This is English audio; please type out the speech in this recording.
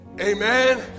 amen